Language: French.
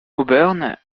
auburn